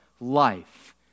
life